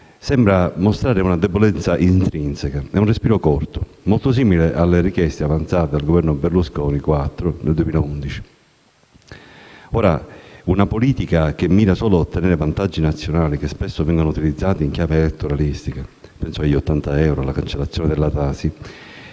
sembra mostrare una debolezza intrinseca e un respiro corto, molto simile alle richieste avanzate dal quarto Governo Berlusconi nel 2011. Si tratta di una politica che mira solo ad ottenere vantaggi nazionali, che spesso vengono utilizzati in chiave elettoralistica (penso agli 80 euro e alla cancellazione della